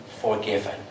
forgiven